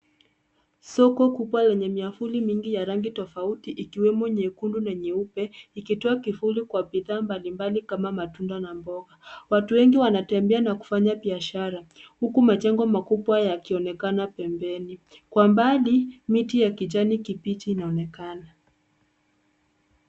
Soko kubwa yenye miavuli mingi ya rangi tofauti ikiwemo nyekundu na nyeupe, ikitoa kivuli kwa bidhaa mbalimbali kama matunda na mboga. Watu wengi wanatembea na kufanya biashara, huku majengo makubwa yakionekana pembeni. Kwa mbali miti ya kijani kibichi inaonekana.